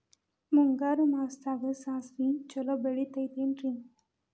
ಮುಂಗಾರು ಮಾಸದಾಗ ಸಾಸ್ವಿ ಛಲೋ ಬೆಳಿತೈತೇನ್ರಿ?